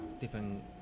different